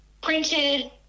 printed